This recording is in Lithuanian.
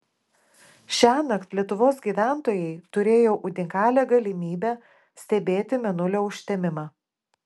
šiąnakt lietuvos gyventojai turėjo unikalią galimybę stebėti mėnulio užtemimą